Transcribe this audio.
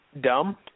Dumb